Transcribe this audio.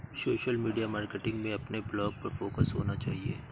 social media marketing में अपने blog पर फोकस होना चाहिए